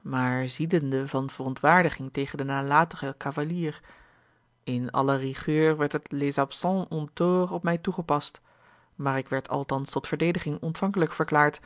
maar ziedende van verontwaardiging tegen den nalatigen cavalier in alle rigueur werd het les absens ont tort op mij toegepast maar ik werd althans tot verdediging ontvankelijk verklaard